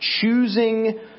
choosing